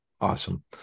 Awesome